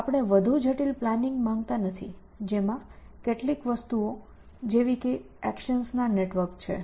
આપણે વધુ જટિલ પ્લાનિંગ માંગતા નથી જેમાં કેટલીક વસ્તુઓ જેવી કે એકશન્સના નેટવર્ક છે